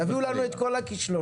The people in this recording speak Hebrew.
תביאו לנו את כל הכישלונות.